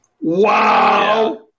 Wow